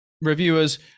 reviewers